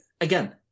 Again